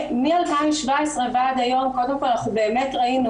מ2017 ועד היום קודם כל אנחנו באמת ראינו